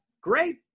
Great